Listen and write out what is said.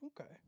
Okay